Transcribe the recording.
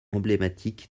emblématique